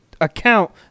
account